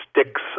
sticks